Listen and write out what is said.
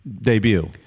debut